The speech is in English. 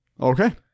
Okay